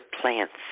plants